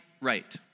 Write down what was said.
right